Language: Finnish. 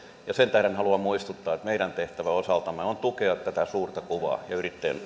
ja sen tähden haluan muistuttaa että meidän tehtävämme osaltamme on tukea tätä suurta kuvaa ja yrittäjien